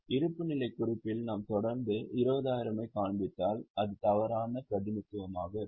இருப்புநிலைக் குறிப்பில் நாம் தொடர்ந்து 20000 ஐக் காண்பித்தால் அது தவறான பிரதிநிதித்துவமாக இருக்கும்